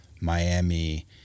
Miami